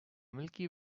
milky